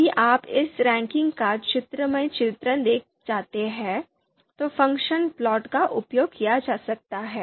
यदि आप इस रैंकिंग का चित्रमय चित्रण देखना चाहते हैं तो फ़ंक्शन प्लॉट का उपयोग किया जा सकता है